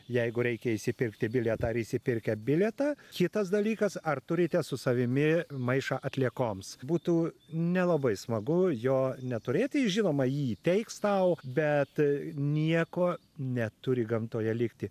jeigu reikia išsipirkti bilietą ar išsipirkę bilietą kitas dalykas ar turite su savimi maišą atliekoms būtų nelabai smagu jo neturėti žinoma jį įteiks tau bet nieko neturi gamtoje likti